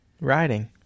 Riding